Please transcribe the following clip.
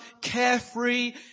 carefree